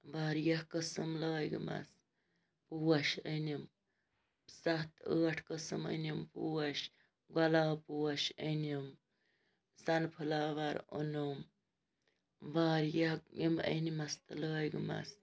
واریاہ قٕسٕم لٲگۍمَس پوش أنِم سَتھ ٲٹھ قٕسٕم أنِم پوش گۄلاب پوش أنِم سَنفٕلاوَر اوٚنُم واریاہ یِم أنۍمَس تہٕ لٲگۍمَس